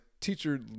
teacher